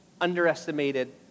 Underestimated